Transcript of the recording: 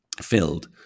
filled